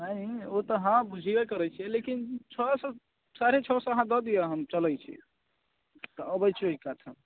नहि ओ तऽ हँ बूझबै करैत छियै लेकिन छओ सए साढ़े छओ सए अहाँ दऽ दिअ हम चलैत छी तऽ अबैत छी ओहि कात हम